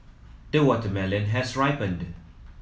the watermelon has ripened